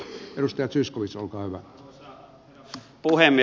arvoisa herra puhemies